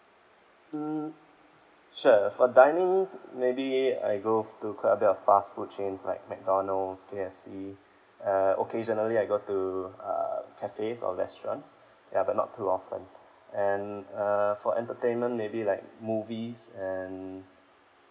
mm sure for dining maybe I go to quite a bit of fast food chains like mcdonald's K_F_C uh occasionally I go to uh cafes or restaurants ya but not too often and uh for entertainment maybe like movies and